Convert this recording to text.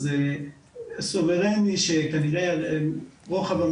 אז סוברני שכנראה הרוחב,